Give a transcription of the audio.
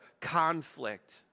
conflict